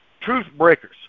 truth-breakers